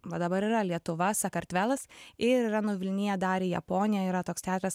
va dabar yra lietuva sakartvelas ir yra nuvilniję dar į japoniją yra toks teatras